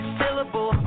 syllable